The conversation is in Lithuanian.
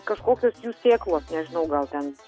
kažkokios jų sėklos nežinau gal ten